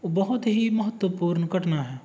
ਉਹ ਬਹੁਤ ਹੀ ਮਹੱਤਵਪੂਰਨ ਘਟਨਾ ਹੈ